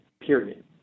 period